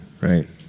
Right